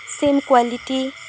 same quality